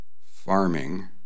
farming